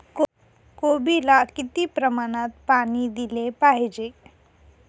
कोबीला किती प्रमाणात पाणी दिले पाहिजे?